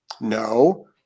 no